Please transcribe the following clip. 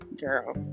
girl